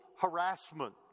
harassment